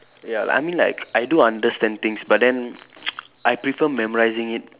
ya like I mean like I do understand things but then I prefer memorising it